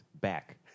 back